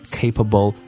capable